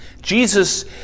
Jesus